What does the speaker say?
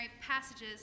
passages